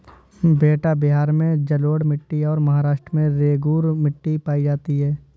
बेटा बिहार में जलोढ़ मिट्टी और महाराष्ट्र में रेगूर मिट्टी पाई जाती है